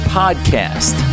podcast